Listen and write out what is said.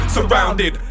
Surrounded